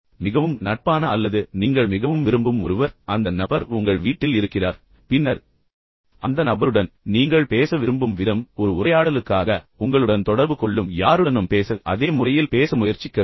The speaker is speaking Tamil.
எனவே மிகவும் நட்பான அல்லது நீங்கள் மிகவும் விரும்பும் ஒருவர் அந்த நபர் உங்கள் வீட்டில் இருக்கிறார் பின்னர் அந்த நபருடன் நீங்கள் பேச விரும்பும் விதம் ஒரு உரையாடலுக்காக உங்களுடன் தொடர்பு கொள்ளும் யாருடனும் பேச அதே முறையில் பேச முயற்சிக்க வேண்டும்